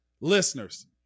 listeners